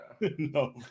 No